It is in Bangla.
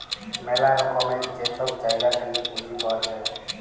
ম্যালা রকমের যে ছব জায়গা থ্যাইকে পুঁজি পাউয়া যায়